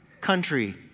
country